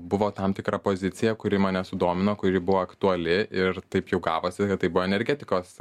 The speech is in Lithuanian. buvo tam tikra pozicija kuri mane sudomino kuri buvo aktuali ir taip jau gavosi kad tai buvo energetikos